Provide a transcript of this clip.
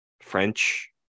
French